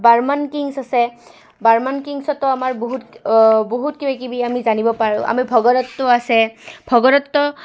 Barman kings আছে বৰ্মন কিংছতো আমাৰ বহুত বহুত কিবিকিবি আমি জানিব পাৰোঁ আমি ভগদত্ত ও আছে ভগদত্ত